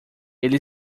ela